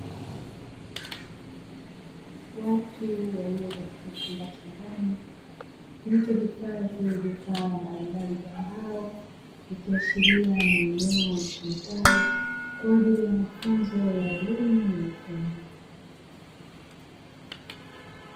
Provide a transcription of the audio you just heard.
Watu walio katika chumba cha ndani kilichohifadhi vifaa mbalimbali vya mbao, ikiashiria ni eneo litumikalo kwa ajili ya mafunzo ya elimu ya ufundi.